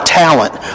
talent